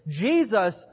Jesus